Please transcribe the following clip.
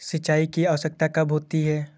सिंचाई की आवश्यकता कब होती है?